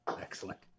excellent